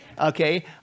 okay